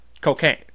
cocaine